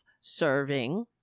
serving